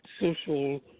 social